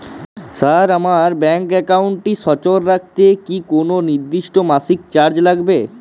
Sir আমার bank একাউন্টটি সচল রাখতে কি কোনো নির্দিষ্ট মাসিক চার্জ লাগবে?